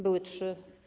Były trzy.